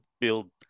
build